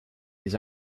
his